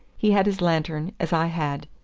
he had his lantern, as i had.